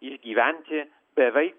išgyventi beveik